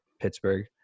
Pittsburgh